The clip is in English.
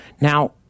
Now